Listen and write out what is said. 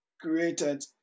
created